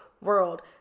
world